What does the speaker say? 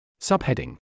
Subheading